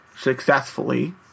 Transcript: successfully